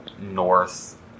north